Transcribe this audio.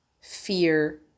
fear